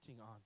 on